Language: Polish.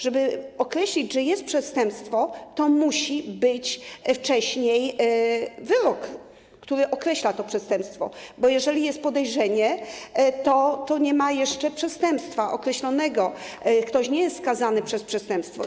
Żeby określić, że jest przestępstwo, to wcześniej musi być wyrok, który określa to przestępstwo, bo jeżeli jest podejrzenie, to nie ma jeszcze przestępstwa określonego, ktoś nie jest skazany za przestępstwo.